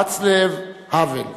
ואצלב האוול,